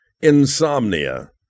insomnia